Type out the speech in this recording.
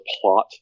plot